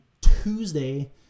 Tuesday